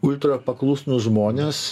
ultra paklusnūs žmonės